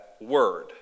word